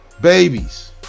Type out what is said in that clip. Babies